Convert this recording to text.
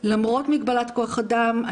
למרות מגבלת כח אדם,